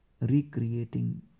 recreating